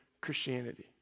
Christianity